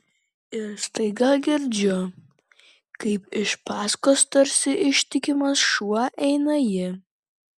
ir staiga girdžiu kaip iš paskos tarsi ištikimas šuo eina ji